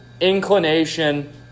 inclination